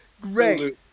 great